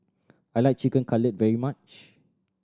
I like Chicken Cutlet very much